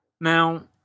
Now